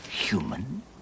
human